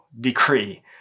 decree